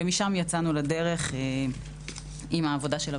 ומשם יצאנו לדרך עם העבודה של הוועדה.